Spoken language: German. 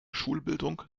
schulbildung